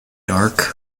dark